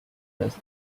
risks